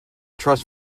trust